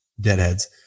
deadheads